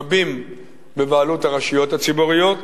רבים בבעלות הרשויות הציבוריות.